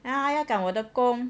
啊还要赶我的工